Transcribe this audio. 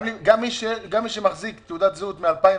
גם מי שמחזיק תעודת זהות מ-2010,